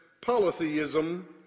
polytheism